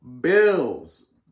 Bills